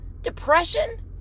depression